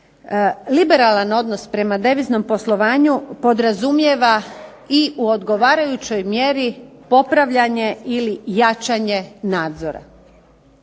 Liberalan odnos prema deviznom poslovanju podrazumijeva u odgovarajućoj mjeri popravljanje ili jačanje nadzora.